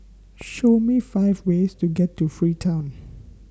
Show Me five ways to get to Freetown